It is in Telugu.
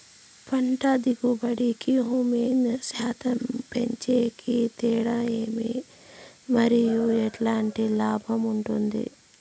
పంట దిగుబడి కి, హ్యూమస్ శాతం పెంచేకి తేడా ఏమి? మరియు ఎట్లాంటి లాభం ఉంటుంది?